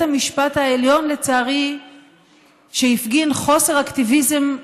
בית המשפט העליון, שלצערי הפגין חוסר אקטיביזם,